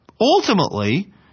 Ultimately